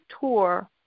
tour